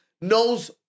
knows